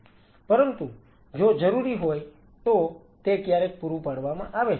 પરંતુ જો જરૂરી હોય તો તે ક્યારેક પૂરું પાડવામાં આવે છે